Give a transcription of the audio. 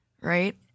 right